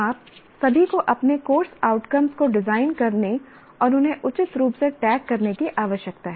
आप सभी को अपने कोर्स आउटकम्स को डिजाइन करने और उन्हें उचित रूप से टैग करने की आवश्यकता है